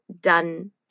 done